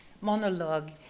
monologue